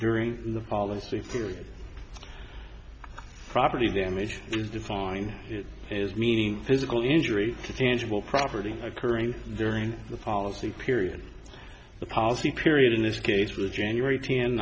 during the policy period property damage is defined as meaning physical injury to tangible property occurring during the policy period the policy period in this case was january t